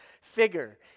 figure